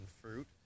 fruit